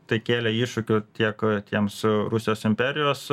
tai kėlė iššūkių tiek tiems rusijos imperijos